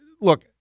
Look